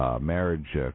marriage